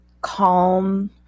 calm